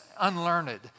unlearned